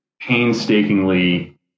painstakingly